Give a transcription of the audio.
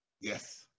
Yes